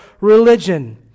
religion